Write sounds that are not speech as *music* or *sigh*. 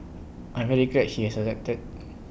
I'm very glad he has accepted *noise*